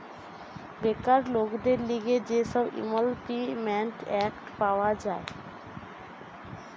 বেকার লোকদের লিগে যে সব ইমল্পিমেন্ট এক্ট পাওয়া যায়